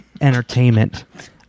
entertainment